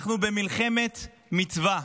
אנחנו במלחמת מצווה.